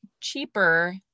cheaper